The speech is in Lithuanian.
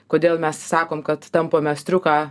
kodėl mes sakom kad tampome striuką